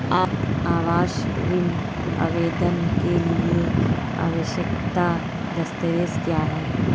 आवास ऋण आवेदन के लिए आवश्यक दस्तावेज़ क्या हैं?